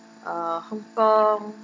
uh hongkong